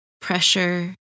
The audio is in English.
pressure